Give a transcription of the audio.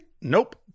Nope